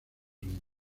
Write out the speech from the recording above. unidos